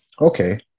Okay